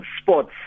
sports